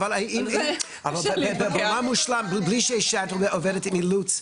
אבל מבלי שאת עובדת עם אילוץ,